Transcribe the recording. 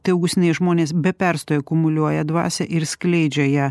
tai augustinai žmonės be perstojo akumuliuoja dvasią ir skleidžia ją